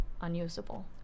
unusable